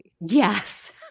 Yes